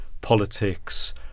politics